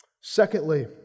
Secondly